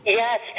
yes